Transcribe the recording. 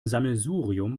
sammelsurium